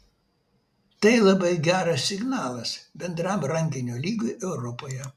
tai labai geras signalas bendram rankinio lygiui europoje